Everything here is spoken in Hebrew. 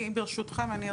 ברשותך.